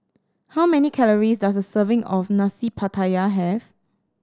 how many calories does a serving of Nasi Pattaya have